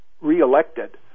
reelected